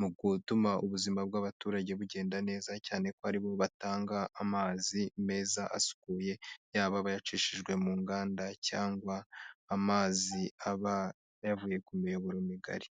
mu gutuma ubuzima bw'abaturage bugenda neza, cyane ko aribo batanga amazi meza asukuye, yaba bayacishijwe mu nganda cyangwa amazi aba yavuye ku miyoboro migari